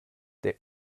der